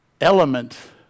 element